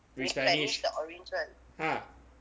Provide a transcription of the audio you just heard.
replenish ha